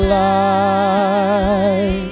light